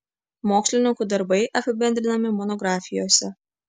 mokslininkų darbai apibendrinami monografijose